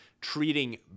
treating